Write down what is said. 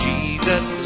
Jesus